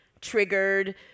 triggered